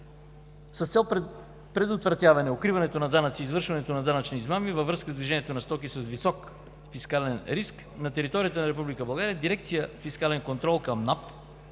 С цел предотвратяване укриването на данъци и извършването на данъчни измами, във връзка с движението на стоки с висок фискален риск на територията на Република България, Дирекция „Фискален контрол“ към